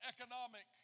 economic